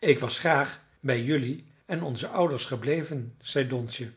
ik was graag bij jelui en onze ouders gebleven zei donsje